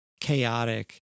chaotic